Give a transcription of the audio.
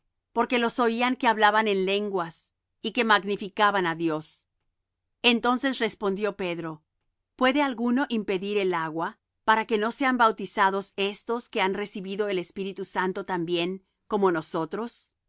porque los oían que hablaban en lenguas y que magnificaban á dios entonces respondió pedro puede alguno impedir el agua para que no sean bautizados éstos que han recibido el espíritu santo también como nosotros